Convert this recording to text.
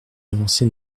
avancée